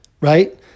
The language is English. right